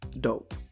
dope